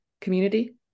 community